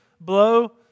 blow